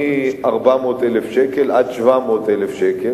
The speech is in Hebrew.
מ-400,000 עד 700,000 שקל,